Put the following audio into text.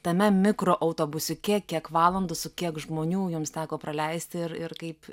tame mikroautobusiuke kiek valandų su kiek žmonių jums teko praleisti ir ir kaip